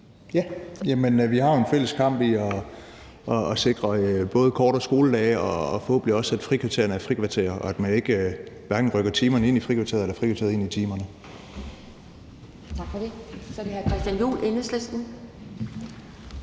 men vi har jo en fælles kamp i at sikre både kortere skoledage og forhåbentlig også, at frikvartererne er frikvarterer, og at man hverken rykker timerne ind i frikvarteret eller frikvarteret ind i timerne.